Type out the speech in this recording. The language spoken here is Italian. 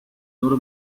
loro